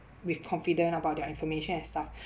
with confident about their information and stuff